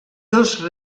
dos